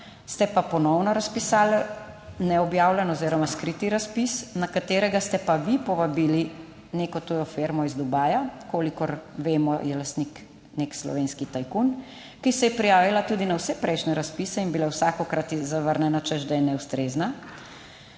ste pa ponovno razpisali neobjavljen oziroma skriti razpis, na katerega ste pa vi povabili neko tujo firmo iz Dubaja - kolikor vemo, je lastnik nek slovenski tajkun, ki se je prijavila tudi na vse prejšnje razpise in bila vsakokrat zavrnjena, češ da je neustrezna.